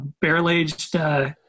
barrel-aged